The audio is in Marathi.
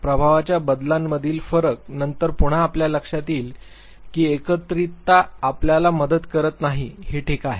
प्रभावाच्या बदलांमधील फरक नंतर पुन्हा आपल्या लक्षात येईल की एकत्रितता आपल्याला मदत करत नाही हे ठीक आहे